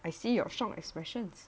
I see your shock expressions